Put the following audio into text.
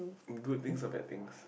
good things or bad things